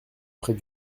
près